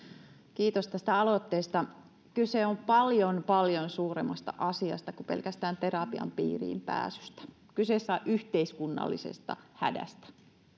kiitos tästä aloitteesta kyse on paljon paljon suuremmasta asiasta kuin pelkästään terapian piiriin pääsystä kyse on yhteiskunnallisesta hädästä